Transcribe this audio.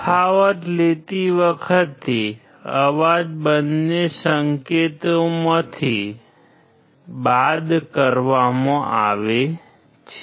તફાવત લેતી વખતે અવાજ બંને સંકેતોમાંથી બાદ કરવામાં આવે છે